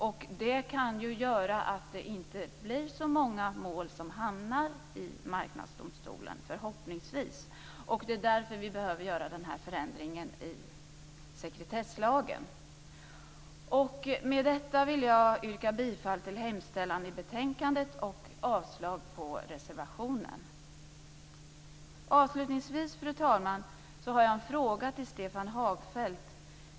Detta kan förhoppningsvis göra att det inte blir så många mål som hamnar i Marknadsdomstolen. Därför behöver vi också göra denna förändring i sekretesslagen. Med detta yrkar jag bifall till utskottets hemställan i betänkandet och avslag på reservationen. Avslutningsvis, fru talman, har jag en fråga till Stefan Hagfeldt.